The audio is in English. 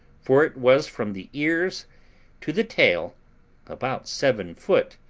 for it was from the ears to the tale about seven foot,